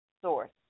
source